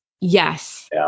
Yes